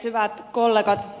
hyvät kollegat